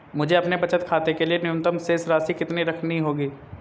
मुझे अपने बचत खाते के लिए न्यूनतम शेष राशि कितनी रखनी होगी?